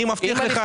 אני מבטיח לך